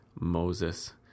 Moses